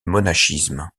monachisme